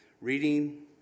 reading